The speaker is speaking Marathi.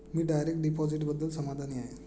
मी डायरेक्ट डिपॉझिटबद्दल समाधानी आहे